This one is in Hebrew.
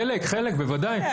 חלק בוודאי.